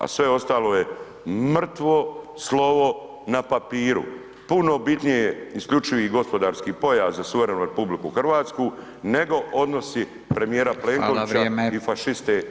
A sve ostalo je mrtvo slovo na papiru, puno bitnije je isključivi gospodarski pojas za suverenu RH nego odnosi premijera Plenkovića i fašista Tajanija.